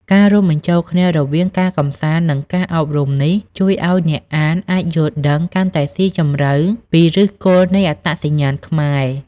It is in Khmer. ការរួមបញ្ចូលគ្នារវាងការកម្សាន្ត និងការអប់រំនេះ ជួយឲ្យអ្នកអានអាចយល់ដឹងកាន់តែស៊ីជម្រៅពីឫសគល់នៃអត្តសញ្ញាណខ្មែរ។